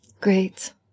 Great